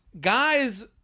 guys